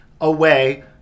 away